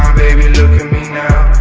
baby look at me now,